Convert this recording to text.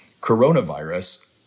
coronavirus